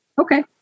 Okay